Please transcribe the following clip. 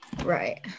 Right